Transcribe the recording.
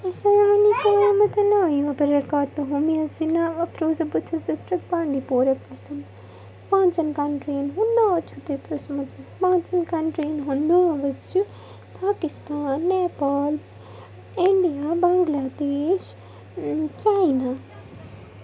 السلام علیکُم ورحمتُہ اللہ وَبرکاتُہ مےٚ حظ چھُ ناو اَفروزا بہٕ چھَس ڈِسٹِرک بانٛڈی پورہ پٮ۪ٹھ پانٛژَن کَنٹِرٛیَن ہُنٛد ناو چھُ تۄہہِ پرٛژھمُت پانٛژَن کَنٹِرٛیَن ہُنٛد ناو حظ چھُ پاکِستان نیپال اِنڈیا بَنٛگلادیش چَینا